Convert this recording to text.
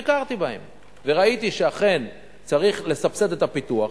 אני ביקרתי בהם וראיתי שאכן צריך לסבסד את הפיתוח.